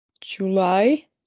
July